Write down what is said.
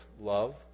love